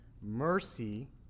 Mercy